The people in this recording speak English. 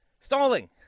Stalling